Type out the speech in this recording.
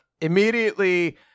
immediately